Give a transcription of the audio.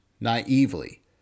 naively